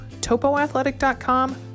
topoathletic.com